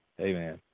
amen